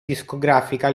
discografica